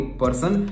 person